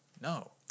no